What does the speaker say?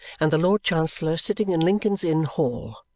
and the lord chancellor sitting in lincoln's inn hall.